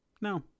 No